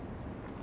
mm